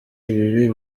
ibibi